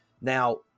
Now